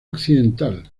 occidental